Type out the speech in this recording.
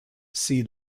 see